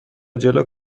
جلو